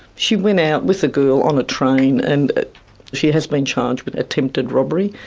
she went out with a girl on a train and she has been charged with attempted robbery.